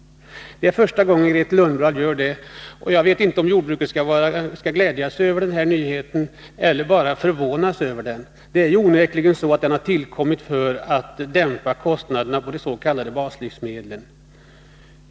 Det är första gången som Grethe Lundblad gör detta. Jag vet inte om jordbruket skall glädjas över den här nyheten eller bara förvånas över den. Det är onekligen så att livsmedelssubventioneringen har tillkommit för att dämpa kostnaderna på de s.k. baslivsmedlen.